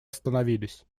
остановились